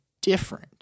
different